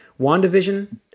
WandaVision